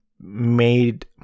made